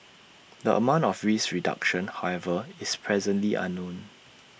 the amount of risk reduction however is presently unknown